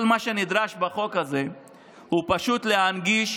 כל מה שנדרש בחוק הזה הוא פשוט להנגיש